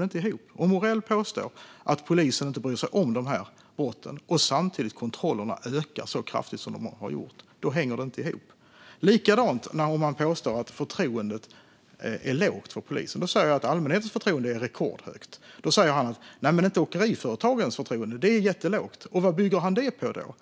hänger inte ihop. Om Morell påstår att polisen inte bryr sig om de här brotten men kontrollerna samtidigt ökar så kraftigt som de har gjort, då hänger det inte ihop. Thomas Morell påstår att förtroendet för polisen är lågt. Jag säger att allmänhetens förtroende är rekordhögt. Då säger han att åkeriföretagens förtroende är jättelågt. Vad bygger han det på?